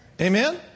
Amen